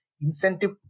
incentive